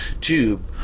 tube